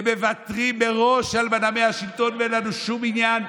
ומוותרים מראש על מנעמי השלטון ואין לנו שום עניין,